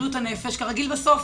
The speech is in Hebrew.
בריאות הנפש כרגיל בסוף.